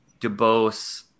Debose